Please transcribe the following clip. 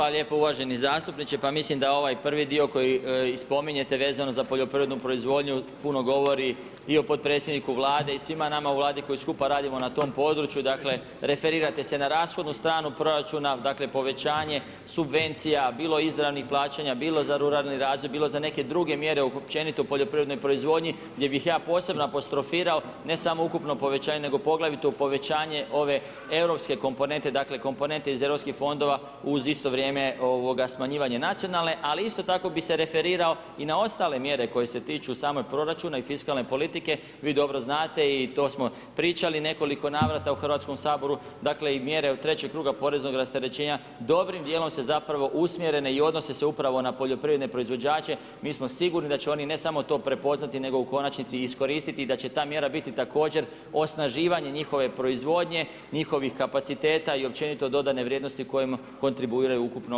Hvala lijepo uvaženi zastupniče, pa mislim da ovaj prvi dio koji i spominjete vezano za poljoprivrednu proizvodnju puno govori i o potpredsjedniku Vlade i svima nama u Vladi koji skupa radimo na tom području, dakle referirate se na rashodnu stranu proračuna, dakle povećanje subvencija, bilo izravnih plaćanja, bilo za ruralni razvoj, bilo za neke druge mjere općenito u poljoprivrednoj proizvodnji gdje bih ja posebno apostrofirao ne samo ukupno povećanje nego poglavito povećanje ove europske komponente, dakle komponente iz europskih fondova uz isto vrijeme smanjivanje nacionalne ali isto tako bi se referirao i na ostale mjere koje se tiču samog proračuna i fiskalne politike, vi dobro znate, i to smo pričali nekoliko navrata u Hrvatskom saboru, dakle i mjere trećeg kruga poreznog rasterećenja dobrim dijelom se zapravo usmjerene i odnose se upravo na poljoprivredne proizvođače, mi smo sigurni da će oni ne samo to prepoznati nego u konačnici i iskoristiti, i da će ta mjera biti također osnaživanje njihove proizvodnje, njihovih kapaciteta i općenito dodane vrijednosti kojim kontribuiraju u ukupnom bruto domaćem proizvodu.